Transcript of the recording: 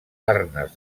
arnes